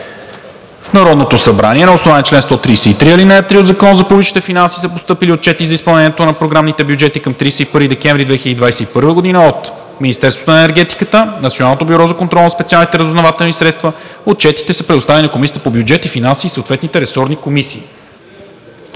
В Народното събрание на основание чл. 133, ал. 3 от Закона за публичните финанси са постъпили отчети за изпълнението на програмните бюджети към 31 декември 2021 г. от Министерството на енергетиката и Националното бюро за контрол на специалните разузнавателни средства. Отчетите са предоставени на Комисията по бюджет и финанси и съответните ресорни комисии.